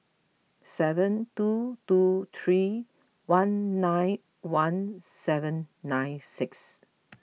seven two two three one nine one seven nine six